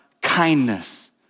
kindness